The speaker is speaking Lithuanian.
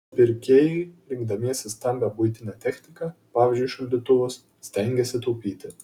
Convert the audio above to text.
pirkėjai rinkdamiesi stambią buitinę techniką pavyzdžiui šaldytuvus stengiasi taupyti